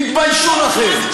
תתביישו לכם.